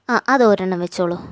ആ അത് ഒരെണ്ണം വെച്ചോളു